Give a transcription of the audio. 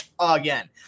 again